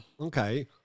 Okay